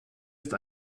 ist